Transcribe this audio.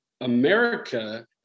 America